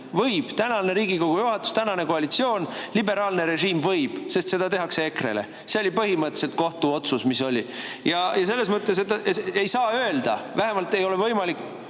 Võib! Tänane Riigikogu juhatus, tänane koalitsioon, liberaalne režiim võib, sest seda tehakse EKRE‑le. See oli põhimõtteliselt see kohtu otsus, mis oli. Ei saa öelda, vähemalt ei ole võimalik